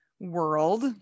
world